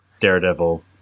Daredevil